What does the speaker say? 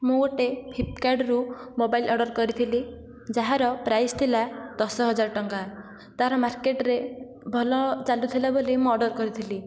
ମୁଁ ଗୋଟିଏ ଫ୍ଲିପକାର୍ଟରୁ ମୋବାଇଲ୍ ଅର୍ଡ଼ର କରିଥିଲି ଯାହାର ପ୍ରାଇସ୍ ଥିଲା ଦଶ ହଜାର ଟଙ୍କା ତାର ମାର୍କେଟରେ ଭଲ ଚାଲୁଥିଲା ବୋଲି ମୁଁ ଅର୍ଡ଼ର କରିଥିଲି